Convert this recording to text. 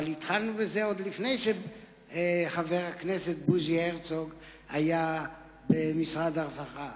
אבל התחלנו בזה עוד לפני שחבר הכנסת בוז'י הרצוג היה במשרד הרווחה.